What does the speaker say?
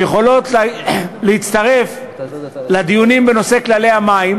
שהן יכולות להצטרף לדיונים בנושא כללי המים,